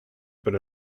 but